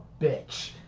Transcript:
bitch